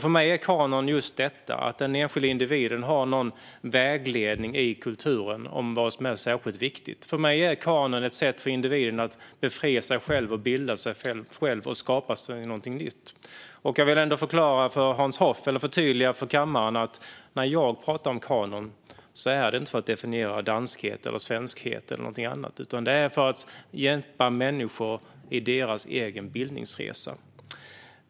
För mig är en kanon just detta - att individen har någon vägledning i kulturen om vad som är särskilt viktigt. För mig är kanon ett sätt för individen att befria sig själv, bilda sig själv och skapa sig något nytt. Jag vill ändå förklara för Hans Hoff och förtydliga för kammaren att när jag talar om kanon är det inte för att definiera svenskhet eller danskhet eller någonting annat, utan det är för att hjälpa människor i deras egen bildningsresa.